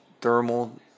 thermal